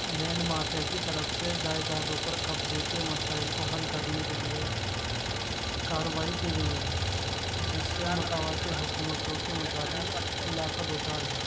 land mafia کی طرف سے جائیدادوں پر قبضے کے مسائل کو حل کرنے کے لیے کارروائی کی گئی ہیں جس سے متواتر حکومتوں کے مطابق علاقہ دو چار ہیں